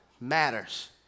matters